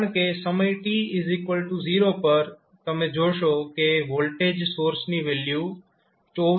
કારણકે સમય t 0 પર તમે જોશો કે વોલ્ટેજ સોર્સની વેલ્યુ 24 V છે